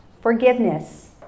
Forgiveness